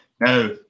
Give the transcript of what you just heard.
Now